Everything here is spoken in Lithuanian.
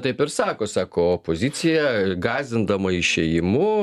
taip ir sako sako opozicija gąsdindama išėjimu